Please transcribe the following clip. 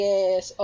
Yes